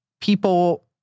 people